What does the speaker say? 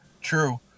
True